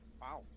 Wow